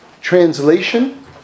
translation